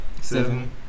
seven